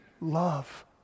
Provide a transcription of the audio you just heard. love